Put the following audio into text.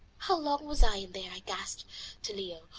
how long was i in there? i gasped to leo,